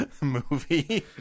movie